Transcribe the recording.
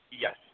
Yes